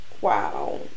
wow